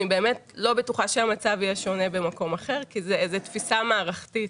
אני באמת לא בטוחה שהמצב יהיה שונה במקום אחר כי זאת תפיסה מערכתית